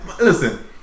Listen